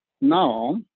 now